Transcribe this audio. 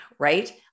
right